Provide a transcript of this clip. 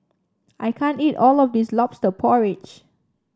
I can't eat all of this lobster porridge